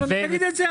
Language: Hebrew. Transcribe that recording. אז תגיד את זה,